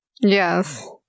Yes